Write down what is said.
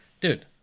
Dude